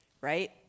Right